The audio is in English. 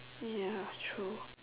ya true